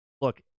look